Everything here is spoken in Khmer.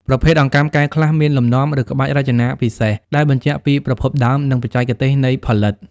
ប្រភេទអង្កាំកែវខ្លះ មានលំនាំ ឬក្បាច់រចនាពិសេស ដែលបញ្ជាក់ពីប្រភពដើម និងបច្ចេកទេសនៃផលិត។